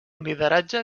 lideratge